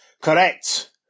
Correct